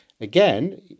Again